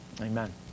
Amen